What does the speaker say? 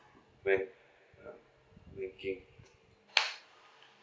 wait um banking